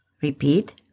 Repeat